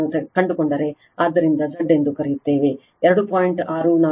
64 j 7